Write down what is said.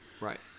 Right